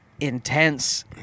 intense